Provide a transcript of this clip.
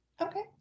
Okay